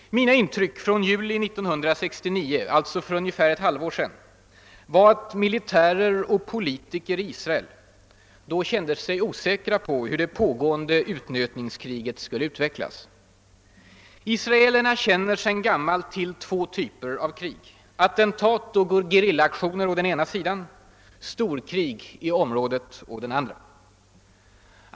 Mina intryck från juli 1969 — alltså för ungefär ett halvår sedan — var att militärer och politiker i Israel då kände sig osäkra på hur det pågående utnötningskriget skulle utvecklas. Israelerna känner sedan gammalt till två typer av krig: attentatoch gerillaaktioner å den ena sidan, storkrig i området å den andra.